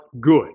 Good